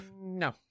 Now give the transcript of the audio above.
No